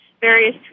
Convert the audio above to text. various